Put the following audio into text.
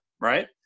right